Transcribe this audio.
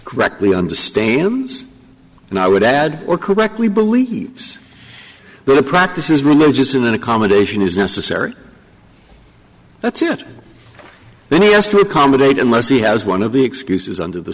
correctly understands and i would add or correctly believes the practice is religious in accommodation is necessary that's it then he has to accommodate unless he has one of the excuses under the